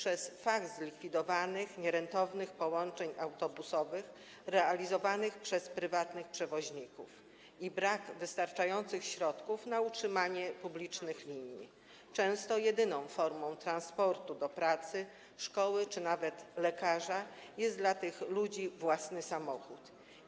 Zlikwidowanie nierentownych połączeń autobusowych realizowanych przez prywatnych przewoźników i brak wystarczających środków na utrzymanie publicznych linii sprawia, że często jedyną możliwą formą transportu do pracy, szkoły czy nawet lekarza jest dla tych ludzi własny samochód.